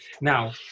Now